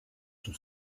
son